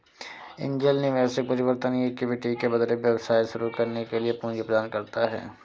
angel निवेशक परिवर्तनीय equity के बदले व्यवसाय शुरू करने के लिए पूंजी प्रदान करता है